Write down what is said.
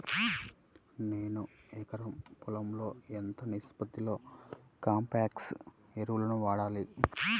నేను ఎకరం పొలంలో ఎంత నిష్పత్తిలో కాంప్లెక్స్ ఎరువులను వాడాలి?